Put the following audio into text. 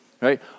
right